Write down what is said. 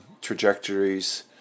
trajectories